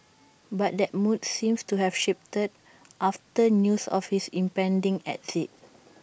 but that mood seems to have shifted after news of his impending exit